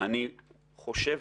אני חושב,